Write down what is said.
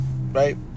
right